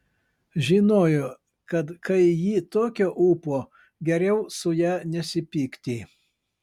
žinojo kad kai ji tokio ūpo geriau su ja nesipykti